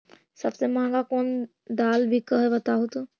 सबसे महंगा कोन दाल बिक है बताहु तो?